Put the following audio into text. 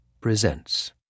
presents